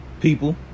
People